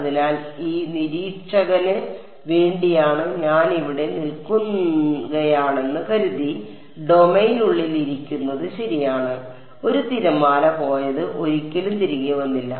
അതിനാൽ ഈ നിരീക്ഷകനു വേണ്ടിയാണ് ഞാൻ ഇവിടെ നിൽക്കുകയാണെന്ന് കരുതി ഡൊമെയ്നിനുള്ളിൽ ഇരിക്കുന്നത് ശരിയാണ് ഒരു തിരമാല പോയത് ഒരിക്കലും തിരികെ വന്നില്ല